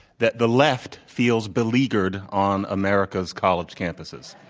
that the left feels beleaguered on america's college campuses.